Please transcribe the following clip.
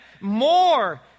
more